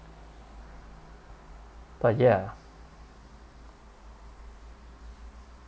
but ya